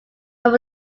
but